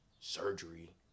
surgery